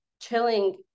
chilling